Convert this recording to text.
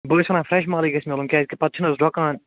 بہٕ حظ چھُس وننا فریٚش مالے گَژھِ میلُن کیازکہ پتہٕ چھُ نہ حظ ڈوٚکان